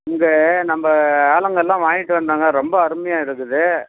இங்கே நம்ம ஆளுங்கள்லாம் வாங்கிட்டு வந்தாங்க ரொம்ப அருமையாக இருந்துது